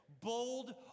Bold